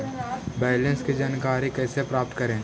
Balance की जानकारी कैसे प्राप्त करे?